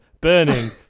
burning